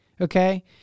okay